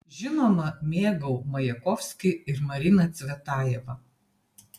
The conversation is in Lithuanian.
žinoma mėgau majakovskį ir mariną cvetajevą